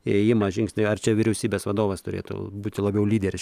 įėjimą žingsniai ar čia vyriausybės vadovas turėtų būti labiau lyderis